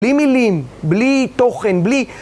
בלי מילים, בלי תוכן, בלי...